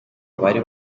abari